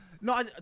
No